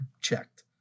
checked